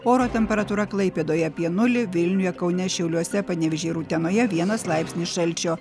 oro temperatūra klaipėdoje apie nulį vilniuje kaune šiauliuose panevėžyje ir utenoje vienas laipsnis šalčio